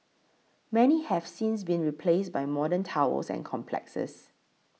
many have since been replaced by modern towers and complexes